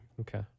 Okay